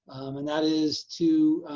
and that is to